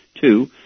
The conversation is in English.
two